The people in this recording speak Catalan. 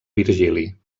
virgili